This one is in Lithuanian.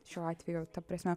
šiuo atveju ta prasme